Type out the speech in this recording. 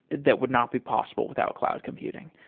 that would not be possible without cloud computing.